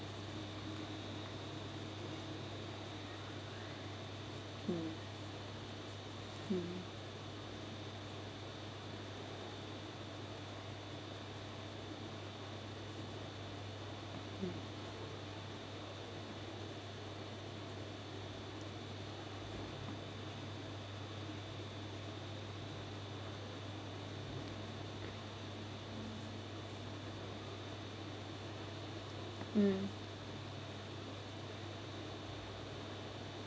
mm mm mm mm